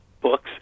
books